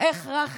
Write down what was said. על מה את מדברת?